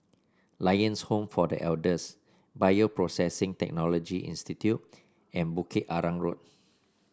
Lions Home for The Elders Bioprocessing Technology Institute and Bukit Arang Road